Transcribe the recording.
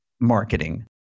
marketing